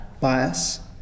bias